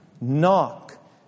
Knock